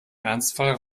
ernstfall